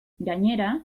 gainera